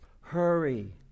hurry